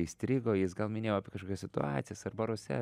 įstrigo jis gal minėjo apie kažkokias situacijas ar baruose